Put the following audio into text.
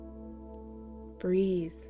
Breathe